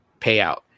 payout